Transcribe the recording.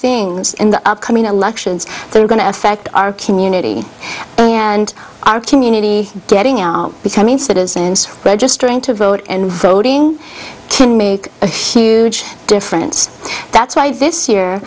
things in the upcoming elections they're going to affect our community and our community getting out becoming citizens registering to vote and voting can make a huge difference that's why this year